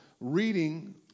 reading